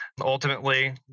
Ultimately